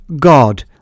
God